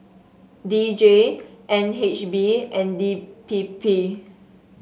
D J N H B and D P P